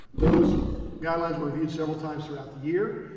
those guidelines were reviewed several times throughout the year.